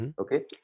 Okay